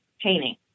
painting